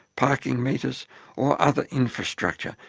parking meters or other infrastructure,